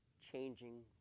changing